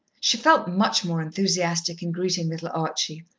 she felt much more enthusiastic in greeting little archie.